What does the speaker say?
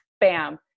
bam